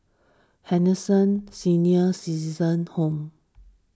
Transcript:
Henderson Senior Citizens' Home